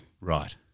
Right